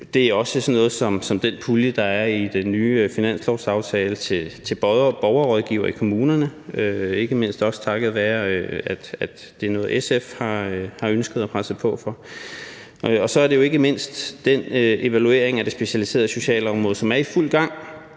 det er også sådan noget som den pulje, der er i den nye finanslovsaftale til borgerrådgivere i kommunerne, som ikke mindst også er takket være noget, som SF har ønsket og presset på for, og så er det jo ikke mindst den evaluering af det specialiserede socialområde, som er i fuld gang,